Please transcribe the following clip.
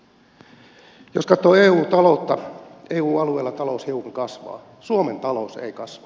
jos katsoo eun taloutta eu alueella talous hiukan kasvaa suomen talous ei kasva